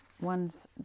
One's